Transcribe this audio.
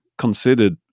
considered